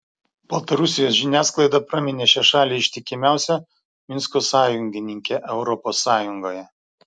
baltarusijos žiniasklaida praminė šią šalį ištikimiausia minsko sąjungininke europos sąjungoje